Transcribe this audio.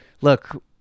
look